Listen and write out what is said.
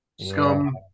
Scum